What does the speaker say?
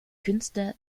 künstler